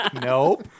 Nope